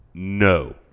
No